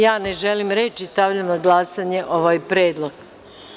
Ja ne želim reč i stavljam na glasanje ovaj predlog.